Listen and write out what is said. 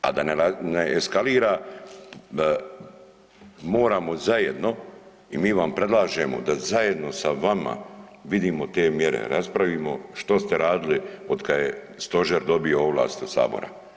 A da ne eskalira moramo zajedno i mi vam predlažemo da zajedno sa vama vidimo te mjere, raspravimo što ste radili od kad je stožer dobio ovlasti od sabora.